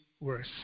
worse